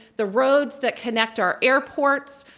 the roads that connect our airports,